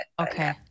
Okay